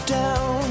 down